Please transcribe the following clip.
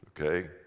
Okay